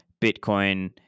Bitcoin